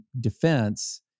defense